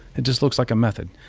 it just looks like a method.